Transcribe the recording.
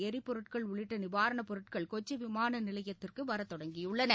எரிபொருட்கள் உள்ளிட்ட நிவாரண பொருட்கள் கொச்சி விமான நிலையத்திற்கு வரத் தொடங்கியுள்ளன